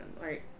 right